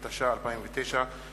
התש"ע 2010,